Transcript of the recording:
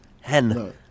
Hen